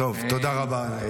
תודה, תודה רבה.